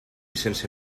sense